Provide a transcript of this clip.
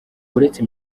uretse